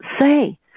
say